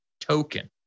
token